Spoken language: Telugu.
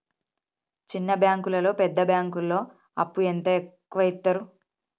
చిన్న బ్యాంకులలో పెద్ద బ్యాంకులో అప్పు ఎంత ఎక్కువ యిత్తరు?